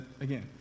again